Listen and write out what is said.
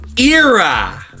era